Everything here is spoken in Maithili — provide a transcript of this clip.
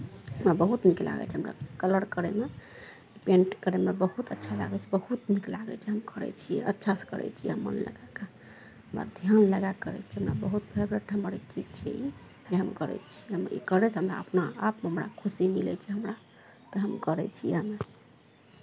बहुत नीक लागै छै हमरा कलर करयमे पेन्ट करैमे बहुत अच्छा लागै छै बहुत नीक लागै छै हम करै छियै अच्छासँ करै छियै हम मन लगा कऽ ध्यान लगा कऽ करै छियै हमरा बहुत फेवरेट हमर ई चीज छियै ई हम करै छियै हमे ई करैत हमरा अपना आपमे खुशी मिलै छै हमरा तऽ हम करै छियै हमे